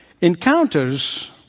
encounters